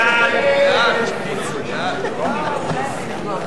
אדוני היושב-ראש,